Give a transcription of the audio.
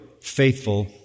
faithful